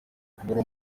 kubura